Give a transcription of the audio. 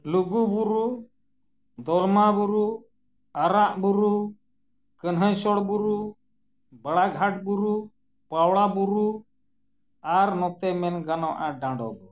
ᱞᱩᱜᱩ ᱵᱩᱨᱩ ᱫᱚᱞᱢᱟ ᱵᱩᱨᱩ ᱟᱨᱟᱜ ᱵᱩᱨᱩ ᱠᱟᱹᱱᱦᱟᱹᱭᱥᱚᱦᱚᱨ ᱵᱩᱨᱩ ᱵᱟᱲᱟ ᱜᱷᱟᱴ ᱵᱩᱨᱩ ᱯᱟᱣᱲᱟ ᱵᱩᱨᱩ ᱟᱨ ᱱᱚᱛᱮ ᱢᱮᱱ ᱜᱟᱱᱚᱜᱼᱟ ᱰᱟᱸᱰᱚ ᱵᱩᱨᱩ